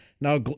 Now